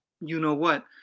you-know-what